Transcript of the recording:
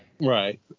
right